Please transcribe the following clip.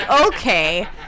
okay